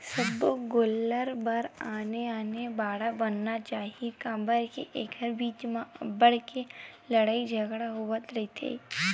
सब्बो गोल्लर बर आने आने बाड़ा बनाना चाही काबर के एखर बीच म अब्बड़ के लड़ई झगरा होवत रहिथे